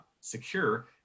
secure